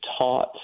taught